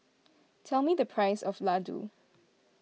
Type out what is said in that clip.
tell me the price of Ladoo